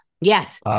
Yes